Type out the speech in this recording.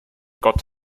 gott